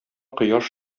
кояш